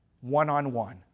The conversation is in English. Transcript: one-on-one